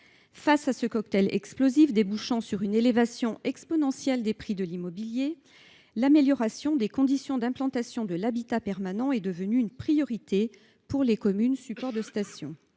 Face à ce cocktail explosif débouchant sur une élévation exponentielle des prix de l’immobilier, l’amélioration des conditions d’implantation de l’habitat permanent est devenue une priorité pour les communes supports de stations.